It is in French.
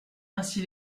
ainsi